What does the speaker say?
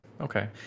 Okay